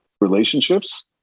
relationships